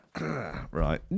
Right